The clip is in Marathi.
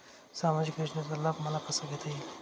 सामाजिक योजनेचा लाभ मला कसा घेता येईल?